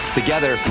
together